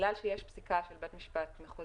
שבגלל שיש פסיקה של בית משפט מחוזי